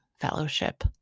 fellowship